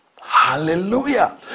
Hallelujah